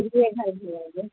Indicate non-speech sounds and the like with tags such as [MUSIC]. [UNINTELLIGIBLE]